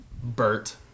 Bert